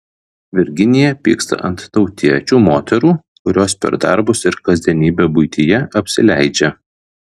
virginija pyksta ant tautiečių moterų kurios per darbus ir kasdienybę buityje apsileidžia